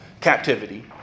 captivity